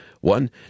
one